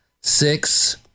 six